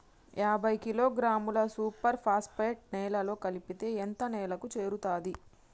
యాభై కిలోగ్రాముల super phosphate నేలలో కలిపితే ఎంత నేలకు చేరుతది?